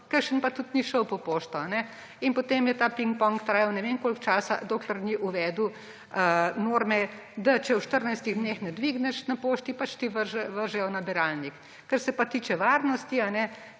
kakšen pa tudi ni šel po pošto in potem je ta pingpong trajal ne vem koliko časa, dokler ni uvedel norme, da če v 14 dneh ne dvigneš na pošti, ti pač vržejo v nabiralnik. Kar se pa tiče varnosti,